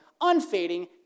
unfading